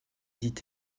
dit